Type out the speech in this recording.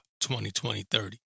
2020-30